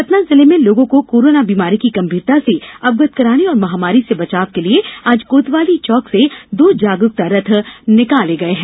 सतना जिले में लोगों को कोरोना बीमारी की गंभीरता से अवगत कराने और महामारी से बचाव के लिए आज कोतवाली चौक से दो जागरुकता रथ निकाले गये हैं